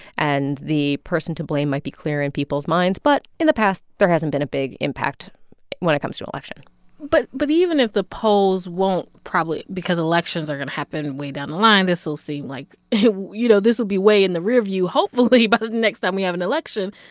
and the person to blame might be clear in people's minds. but in the past, there hasn't been a big impact when it comes to election but but even if the polls won't probably because elections are going to happen way down the line, this will seem like you know, this will be way in the rearview hopefully by but the next time we have an election.